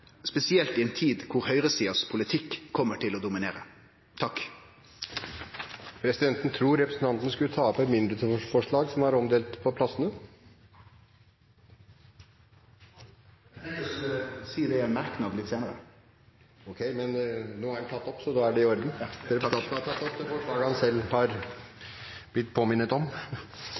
spesielt i ei tid då høgresidas politikk kjem til å dominere. Presidenten tror representanten skulle ta opp et mindretallsforslag, som er omdelt. Eg tenkte eg skulle nemne det i ein merknad litt seinare. Presidenten oppfatter at representanten har tatt opp det forslaget han har referert til og er blitt påminnet om,